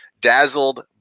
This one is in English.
dazzled